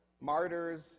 martyrs